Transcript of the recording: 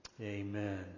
amen